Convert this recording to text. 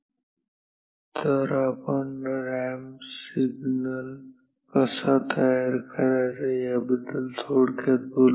पण आपण ramp signal कसा तयार करायचा त्याबद्दल थोडक्यात बोलू